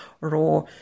raw